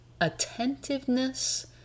attentiveness